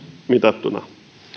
mitattuna